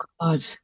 god